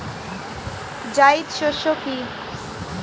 জায়িদ শস্য কি?